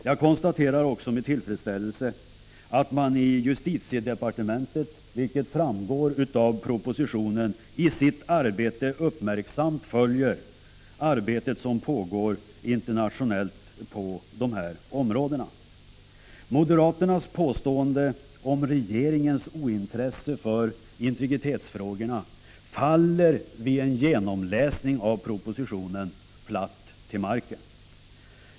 Jag konstaterar också med tillfredsställelse att man i justitiedepartementet, vilket framgår av propositionen, i sitt arbete uppmärksamt följer den verksamhet som pågår internationellt på de här områdena. Moderaternas påståenden om regeringens ointresse för integritetsfrågorna faller vid en genomläsning av propositionen platt till marken.